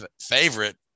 favorite